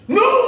no